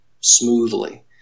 smoothly